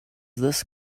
this